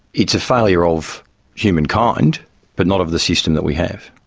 it's a failure of humankind but not of the system that we have.